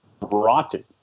rotten